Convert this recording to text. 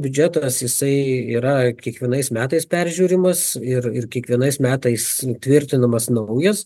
biudžetas jisai yra kiekvienais metais peržiūrimas ir ir kiekvienais metais tvirtinamas naujas